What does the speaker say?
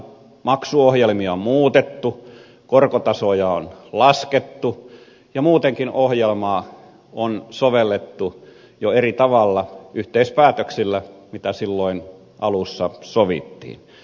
maksuohjelmia on muutettu korkotasoja on laskettu ja muutenkin ohjelmaa on sovellettu jo eri tavalla yhteispäätöksillä mitä silloin alussa sovittiin